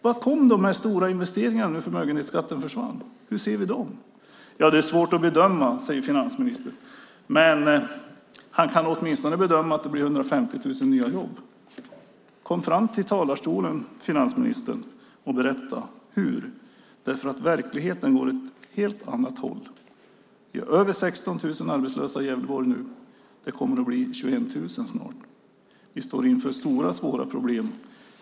Var kom de stora investeringarna när förmögenhetsskatten försvann? Hur ser vi dem? Det är svårt att bedöma, säger finansministern. Men han kan åtminstone bedöma att det blir 150 000 nya jobb. Kom fram till talarstolen, finansministern, och berätta hur! Verkligheten går åt ett helt annat håll. Det är över 16 000 arbetslösa i Gävleborg nu. Det kommer att bli 21 000 snart. Vi står inför stora och svåra problem.